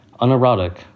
Unerotic